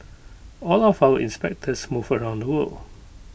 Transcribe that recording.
all of our inspectors move around the world